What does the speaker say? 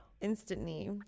instantly